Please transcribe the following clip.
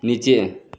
नीचे